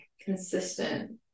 consistent